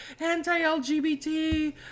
anti-LGBT